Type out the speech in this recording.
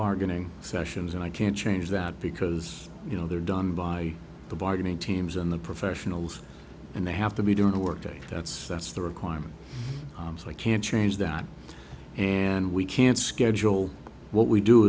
bargaining sessions and i can't change that because you know they're done by the bargaining teams and the professionals and they have to be doing a work day that's that's the requirement so i can change that and we can schedule what we do